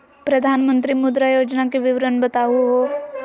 प्रधानमंत्री मुद्रा योजना के विवरण बताहु हो?